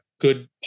good